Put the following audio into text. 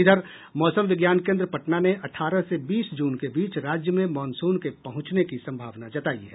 इधर मौसम विज्ञान केन्द्र पटना ने अठारह से बीस जून के बीच राज्य में मॉनसून के पहुंचने की सम्भावना जतायी है